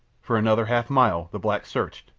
for another half-mile the black searched,